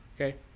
Okay